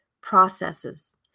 processes